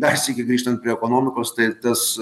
dar sykį grįžtant prie ekonomikos tai tas